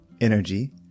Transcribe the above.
energy